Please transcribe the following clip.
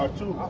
ah two ah